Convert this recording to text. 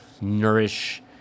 nourish